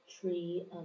tree